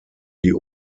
die